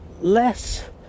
less